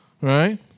right